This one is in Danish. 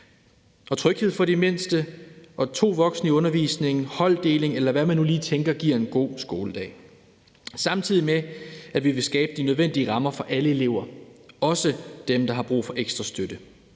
tryghed for de mindste, to voksne i undervisningen, holddeling, eller hvad man nu lige tænker giver en god skoledag. Det gør vi, samtidig med at vi vil skabe de nødvendige rammer for alle elever, også dem, der har brug for ekstra støtte.